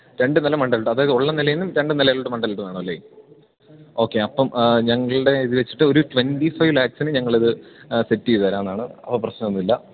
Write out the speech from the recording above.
രണ്ടു നില മണ്ടേലോട്ട് അതായത് ഉള്ള നിലയില്നിന്നും രണ്ടു നിലയിലോട്ട് മണ്ടേലോട്ട് വേണമല്ലെ ഓക്കെ അപ്പോള് ഞങ്ങളുടെ ഇതു വച്ചിട്ട് ഒരു ട്വൻ്റി ഫൈവ് ലാക്സിന് ഞങ്ങളിത് സെറ്റെയ്തുതരാമെന്നാണ് അപ്പോള് പ്രശ്നമൊന്നുമില്ല